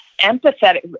empathetic